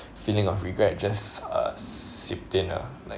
feeling of regret just uh seeped in uh like